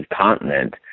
continent